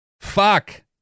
Fuck